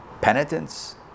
Penitence